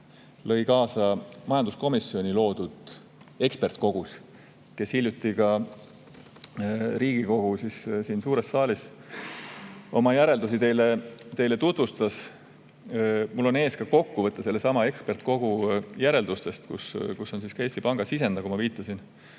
Pank kaasa majanduskomisjoni loodud eksperdikogus, kes hiljuti ka siin Riigikogu suures saalis oma järeldusi teile tutvustas. Minu ees on kokkuvõte sellesama eksperdikogu järeldustest, kus on ka Eesti Panga sisend, nagu ma viitasin.